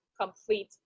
complete